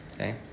Okay